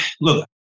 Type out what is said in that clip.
look